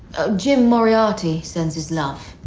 jim moriarty sends his love.